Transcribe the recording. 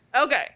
Okay